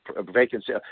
vacancy